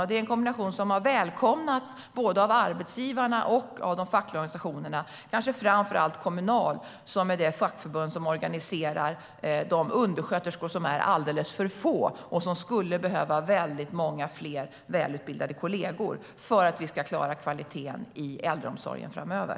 Det är en kombination som har välkomnats av både arbetsgivare och fackliga organisationer, kanske framför allt av Kommunal som är det fackförbund som organiserar de undersköterskor som är alldeles för få och som behöver väldigt många fler välutbildade kollegor för att Sverige ska klara kvaliteten i äldreomsorgen framöver.